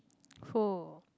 cool